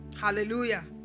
Hallelujah